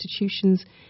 institutions